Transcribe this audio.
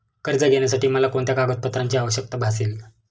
कर्ज घेण्यासाठी मला कोणत्या कागदपत्रांची आवश्यकता भासेल?